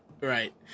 Right